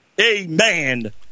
amen